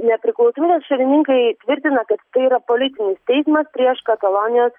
nepriklausomybės šalininkai tvirtina kad tai yra politinis teismas prieš katalonijos